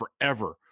forever